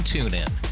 TuneIn